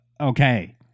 okay